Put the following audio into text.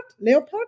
Leopard